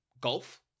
Golf